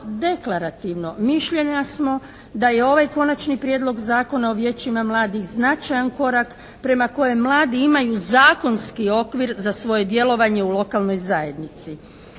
deklarativno. Mišljenja smo da je ovaj Konačni prijedlog Zakona o Vijećima mladih značajan korak prema kojem mladi imaju zakonski okvir za svoje djelovanje u lokalnoj zajednici.